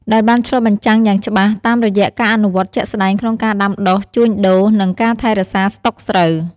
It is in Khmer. ដែលបានឆ្លុះបញ្ចាំងយ៉ាងច្បាស់តាមរយៈការអនុវត្តជាក់ស្ដែងក្នុងការដាំដុះ ជួញដូរ និងការថែរក្សាស្តុកស្រូវ។